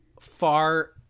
far